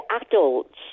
Adults